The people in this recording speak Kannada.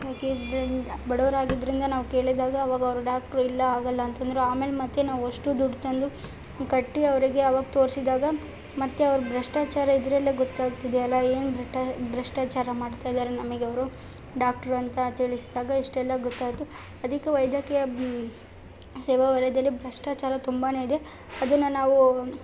ಆಗಿದ್ದರಿಂದ ಬಡವರಾಗಿದ್ದರಿಂದ ನಾವು ಕೇಳಿದಾಗ ಆವಾಗ ಅವರು ಡಾಕ್ಟ್ರು ಇಲ್ಲ ಆಗಲ್ಲ ಅಂತಂದರು ಆಮೇಲೆ ಮತ್ತೆ ನಾವು ಅಷ್ಟು ದುಡ್ಡು ತಂದು ಕಟ್ಟಿ ಅವರಿಗೆ ಆವಾಗ ತೋರಿಸಿದಾಗ ಮತ್ತೆ ಅವರು ಭ್ರಷ್ಟಾಚಾರ ಇದ್ರಲ್ಲೆ ಗೊತ್ತಾಗ್ತಿದೆಯಲ್ಲ ಏನು ಭ್ರಟಾ ಭ್ರಷ್ಟಾಚಾರ ಮಾಡ್ತಾ ಇದ್ದಾರೆ ನಮಗೆ ಅವರು ಡಾಕ್ಟ್ರು ಅಂತ ತಿಳಿಸಿದಾಗ ಇಷ್ಟೆಲ್ಲ ಗೊತಾಯಿತು ಅದಕ್ಕೆ ವೈದ್ಯಕೀಯ ಸೇವಾ ವಲಯದಲ್ಲಿ ಭ್ರಷ್ಟಾಚಾರ ತುಂಬಾ ಇದೆ ಅದನ್ನು ನಾವು